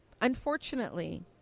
Unfortunately